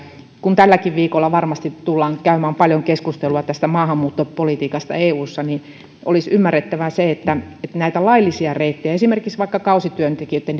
kun tälläkin viikolla varmasti tullaan käymään paljon keskustelua tästä maahanmuuttopolitiikasta eussa niin olisi ymmärrettävä se että on näitä laillisia reittejä ja esimerkiksi kausityöntekijöitten